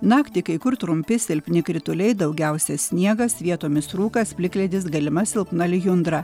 naktį kai kur trumpi silpni krituliai daugiausia sniegas vietomis rūkas plikledis galima silpna lijundra